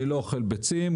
אני לא אוכל ביצים,